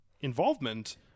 involvement